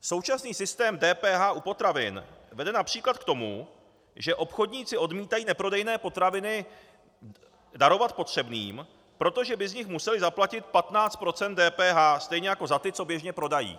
Současný systém DPH u potravin vede například k tomu, že obchodníci odmítají neprodejné potraviny darovat potřebným, protože by z nich museli zaplatit 15 % DPH, stejně jako za ty, co běžně prodají.